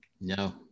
no